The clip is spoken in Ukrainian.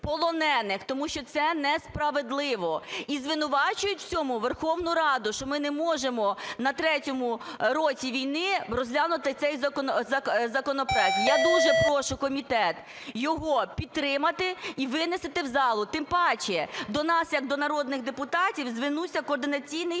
тому що це несправедливо. І звинувачують в цьому Верховну Раду, що ми не можемо на третьому році війни розглянути цей законопроект. Я дуже прошу комітет його підтримати і винести в залу, тим паче до нас як до народних депутатів звернувся Координаційний